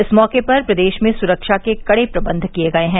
इस मौके पर प्रदेश में सुरक्षा के कड़े प्रबंध किए गये है